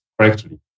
correctly